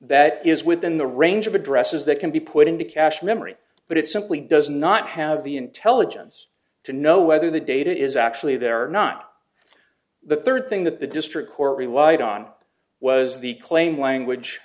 that is within the range of addresses that can be put into cache memory but it simply does not have the intelligence to know whether the data is actually there or not the third thing that the district court relied on was the claim language